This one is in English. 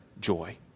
joy